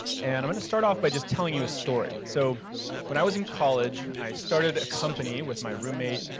and i'm gonna start off by just telling you a story. so when i was in college, i started a company with my roommate.